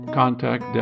contact